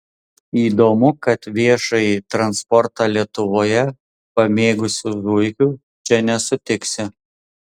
įdomu kad viešąjį transportą lietuvoje pamėgusių zuikių čia nesutiksi